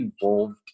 involved